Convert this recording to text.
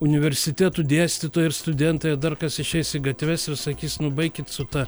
universitetų dėstytojai ir studentai ar dar kas išeis į gatves ir sakys nu baikit su ta